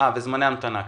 וכן, זמני המתנה.